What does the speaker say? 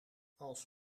als